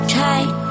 tight